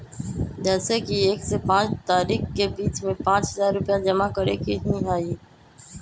जैसे कि एक से पाँच तारीक के बीज में पाँच हजार रुपया जमा करेके ही हैई?